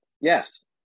Yes